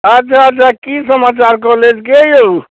अच्छा अच्छा की समाचार कॉलेजके यौ